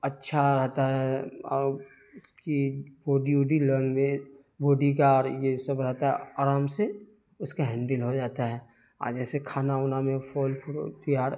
اچھا رہتا ہے اور اس کی باڈی ووڈی لینگویج باڈی کا اور یہ سب رہتا ہے آرام سے اس کا ہینڈل ہو جاتا ہے اور جیسے کھانا وونا میں پھل فروٹ بھی اور